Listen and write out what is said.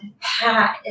Pat